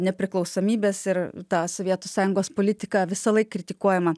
nepriklausomybės ir ta sovietų sąjungos politika visąlaik kritikuojama